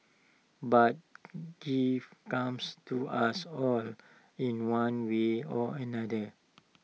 but comes to us all in one way or another